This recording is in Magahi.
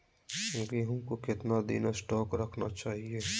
गेंहू को कितना दिन स्टोक रखना चाइए?